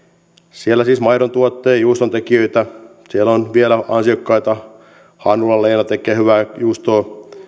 siellä on siis maidontuottajia juustontekijöitä siellä on vielä asiakkaita hannulan leena tekee hyvää juustoa